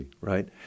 right